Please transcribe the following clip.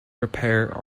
repair